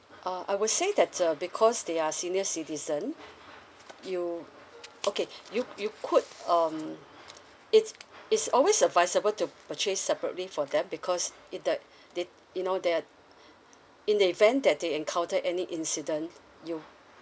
ah I would say that uh because they are senior citizen you okay you you could um it's it's always advisable to purchase separately for them because it the it you know that in the event that they encounter any incident you